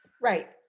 right